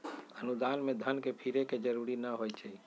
अनुदान में धन के फिरे के जरूरी न होइ छइ